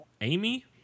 Amy